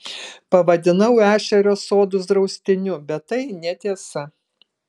pavadinau ešerio sodus draustiniu bet tai netiesa